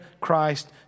Christ